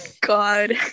God